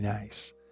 Nice